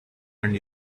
and